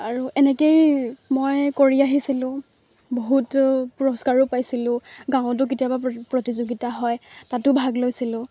আৰু এনেকেই মই কৰি আহিছিলোঁ বহুতো পুৰস্কাৰো পাইছিলোঁ গাঁৱতো কেতিয়াবা প্ৰ প্ৰতিযোগিতা হয় তাতো ভাগ লৈছিলোঁ